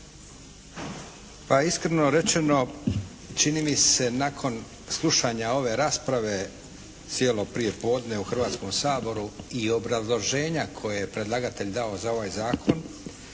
Pa iskreno rečeno čini mi se nakon slušanja ove rasprave cijelo prije podne u Hrvatskom saboru i obrazloženja koje je predlagatelj dao za ovaj zakon